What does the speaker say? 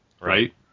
Right